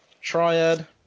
Triad